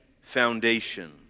foundation